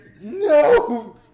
No